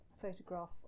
photograph